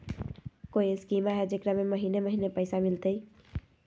कोइ स्कीमा हय, जेकरा में महीने महीने पैसा मिलते?